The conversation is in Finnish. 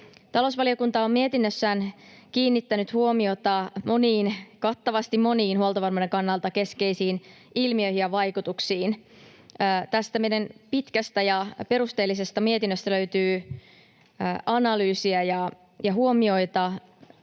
Talousvaliokunta on mietinnössään kiinnittänyt huomiota kattavasti moniin huoltovarmuuden kannalta keskeisiin ilmiöihin ja vaikutuksiin. Tästä meidän pitkästä ja perusteellisesta mietinnöstä löytyy analyysiä ja huomioita